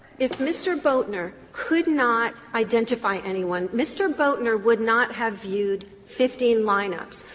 if mr. boatner could not identify anyone, mr. boatner would not have viewed fifteen lineups.